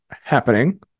happening